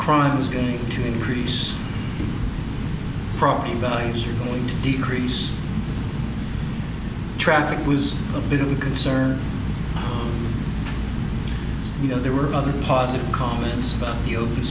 crime was going to increase property values are going to decrease traffic was a bit of a concern you know there were other positive comments about the open